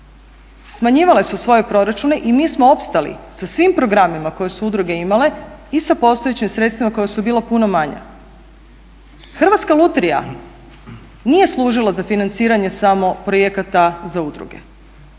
smanjivale su svoje proračune i mi smo opstali sa svim programima koje su udruge imale i sa postojećim sredstvima koja su bila puno manja. Hrvatska lutrija nije služila za financiranje samo projekata za udruge,